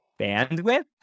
bandwidth